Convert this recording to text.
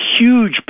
huge